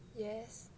yes